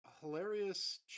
hilarious